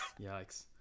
yikes